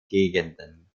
gegenden